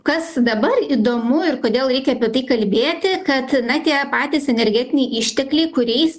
kas dabar įdomu ir kodėl reikia apie tai kalbėti kad na tie patys energetiniai ištekliai kuriais